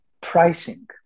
pricing